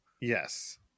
yes